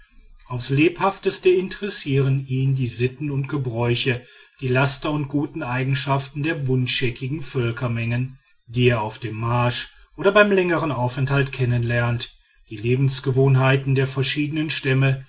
aufs lebhafteste interessieren ihn die sitten und gebräuche die laster und guten eigenschaften der buntscheckigen völkermenge die er auf dem marsch oder bei längerem aufenthalt kennen lernt die lebensgewohnheiten der verschiedenen stämme